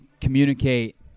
communicate